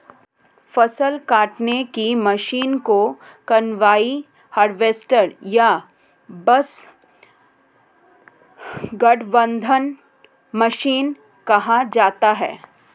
फ़सल काटने की मशीन को कंबाइन हार्वेस्टर या बस गठबंधन मशीन कहा जाता है